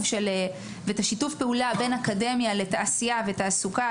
ואת שיתוף הפעולה בין האקדמיה לתעשייה והתעסוקה,